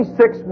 six